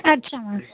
अच्छा मॅम